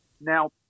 Now